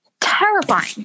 terrifying